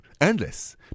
endless